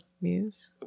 muse